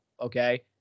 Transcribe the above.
Okay